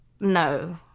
no